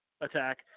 attack